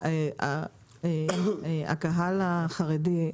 הקהל החרדי,